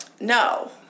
no